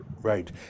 right